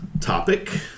topic